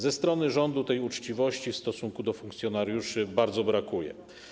Ze strony rządu tej uczciwości w stosunku do funkcjonariuszy bardzo brakuje.